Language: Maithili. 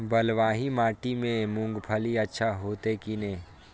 बलवाही माटी में मूंगफली अच्छा होते की ने?